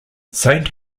saint